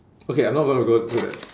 okay I'm not gonna go to that